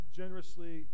generously